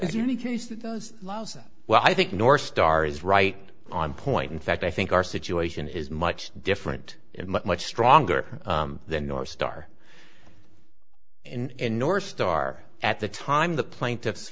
any case that does lousy well i think north star is right on point in fact i think our situation is much different and much much stronger than north star and northstar at the time the plaintiffs